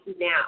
now